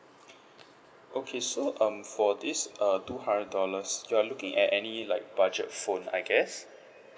okay so um for this uh two hundred dollars you are looking at any like budget phone I guess